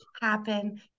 happen